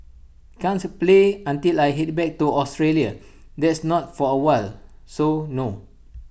can't play until I Head back to Australia that's not for awhile so no